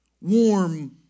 warm